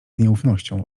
nieufnością